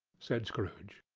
said scrooge.